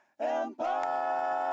Empire